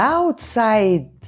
outside